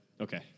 okay